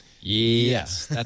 Yes